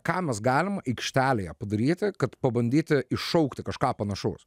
ką mes galim aikštelėje padaryti kad pabandyti iššaukti kažką panašaus